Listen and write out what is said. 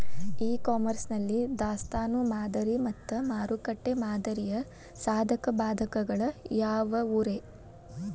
E commerce ನಲ್ಲಿ ದಾಸ್ತಾನು ಮಾದರಿ ಮತ್ತ ಮಾರುಕಟ್ಟೆ ಮಾದರಿಯ ಸಾಧಕ ಬಾಧಕಗಳ ಯಾವವುರೇ?